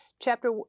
chapter